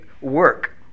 work